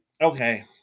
okay